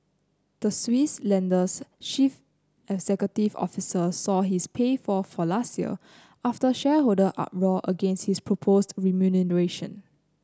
the Swiss lender's chief executive officer saw his pay fall for last year after shareholder uproar against his proposed remuneration